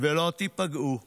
ולא תיפגעו,